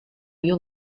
you